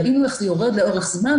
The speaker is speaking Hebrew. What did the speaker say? ראינו איך זה יורד לאורך זמן,